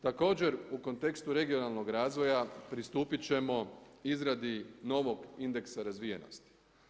Također u kontekstu regionalnog razvoja pristupiti ćemo izradi novog indeksa razvijenosti.